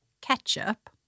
ketchup